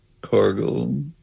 Cargill